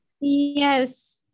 yes